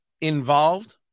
involved